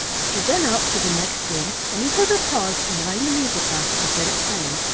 she went out through the next room, and he heard her pause to wind the music-box and set it playing.